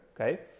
okay